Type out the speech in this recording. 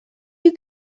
you